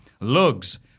Lugs